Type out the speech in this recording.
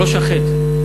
ראש החץ,